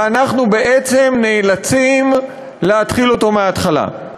ואנחנו בעצם נאלצים להתחיל אותו מהתחלה.